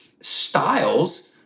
styles